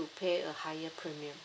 pay a higher premium